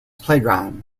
playground